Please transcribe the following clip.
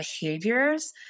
behaviors